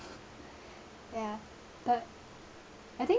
ya but I think